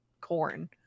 corn